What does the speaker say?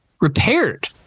repaired